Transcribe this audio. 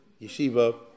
Yeshiva